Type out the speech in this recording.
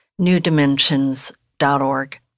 newdimensions.org